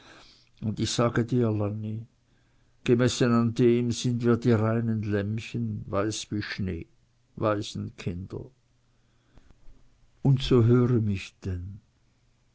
und ich sage dir lanni gemessen an dem sind wir die reinen lämmchen weiß wie schnee waisenkinder und so höre mich denn